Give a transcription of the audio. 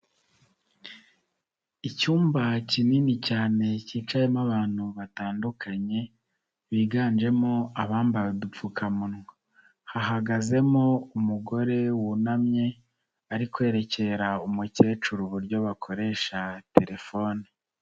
Icyumba kinini cyane kicayemo abantu batandukanye, biganjemo abambaye udupfukamunwa. Hahagazemo umugore wunamye ari kwerekera umukecuru uburyo bakoresha telefone.